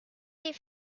les